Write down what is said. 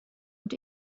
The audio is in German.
und